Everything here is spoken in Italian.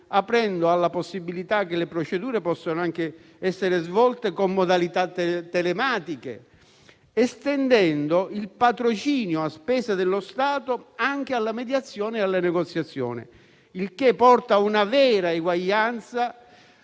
aprendo alla possibilità che le procedure siano anche svolte con modalità telematiche, estendendo il patrocinio a spese dello Stato anche alla mediazione e alla negoziazione; ciò porta a una vera eguaglianza